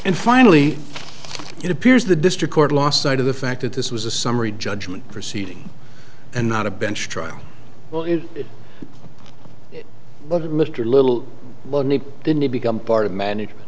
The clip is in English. and finally it appears the district court lost sight of the fact that this was a summary judgment proceeding and not a bench trial well in it mr little didn't it become part of management